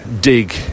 dig